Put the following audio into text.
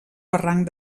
barranc